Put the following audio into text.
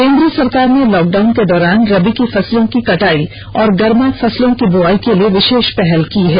केन्द्र सरकार ने लॉकडाउन के दौरान रबी की फसलों की कटाई और गर्मा फसलों की बुवाई के लिए विषेष पहल की है